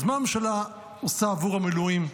אז מה הממשלה עושה עבור המילואים?